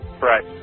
Right